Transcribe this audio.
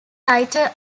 lighter